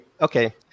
Okay